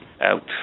Out